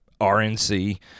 RNC